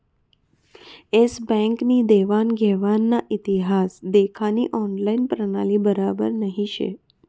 S bank नी देवान घेवानना इतिहास देखानी ऑनलाईन प्रणाली बराबर नही शे